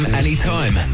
anytime